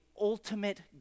ultimate